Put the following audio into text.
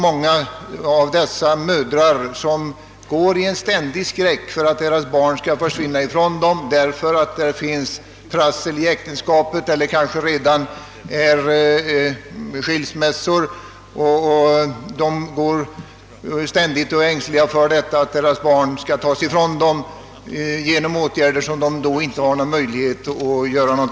Många av de mödrar det gäller lever i ständig skräck för att deras barn skall tas ifrån dem på grund av trassel i äktenskapet eller skilsmässa, åtgärder som de inte har någon möjlighet att bemästra.